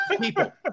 people